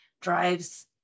drives